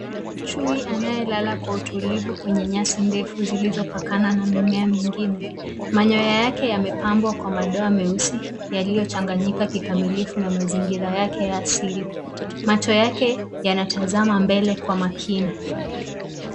Chui anaye lala kwa utulivu kwenye nyasi ndefu zilizo pakana na mimea mingine. Manyoya yake yamepambwa kwa madoa meusi yaliyo changanyika kikamilifu na mazingira yake ya asili. Macho yake anatazama mbele kwa makini.